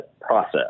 process